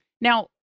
Now